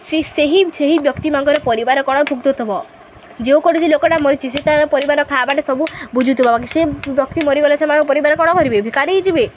ସେ ସେହି ସେହି ବ୍ୟକ୍ତିମାନଙ୍କର ପରିବାର କ'ଣ ଭୋଗତୁ ଥିବ ଯେଉଁ କୌଣସି ଲୋକଟା ମରିଛି ସେ ତାର ପରିବାର ଖାଇବାଟା ସବୁ ବୁଝୁଥିବ ସେ ବ୍ୟକ୍ତି ମରିଗଲେ ସେମାନଙ୍କ ପରିବାର କ'ଣ କରିବେ ଭିକାରୀ ହେଇଯିବେ